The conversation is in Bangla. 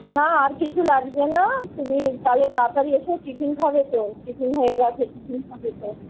না আর কিছু লাগছে না তুমি তালে তাড়াতাড়ি এসো টিফিন খাবে তো টিফিন হয়ে গেছে টিফিন খাবে তো